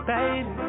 Baby